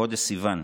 בחודש סיוון,